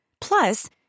Plus